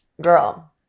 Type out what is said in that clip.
girl